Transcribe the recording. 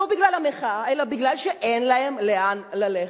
לא בגלל המחאה, אלא כי אין להם לאן ללכת.